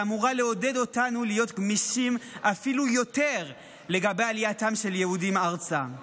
שאמור לעודד אותנו להיות גמישים אפילו יותר לגבי עלייתם של יהודים ארצה.